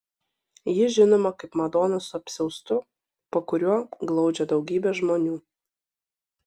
ji žinoma kaip madona su apsiaustu po kuriuo glaudžia daugybę žmonių